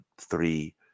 three